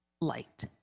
light